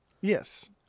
yes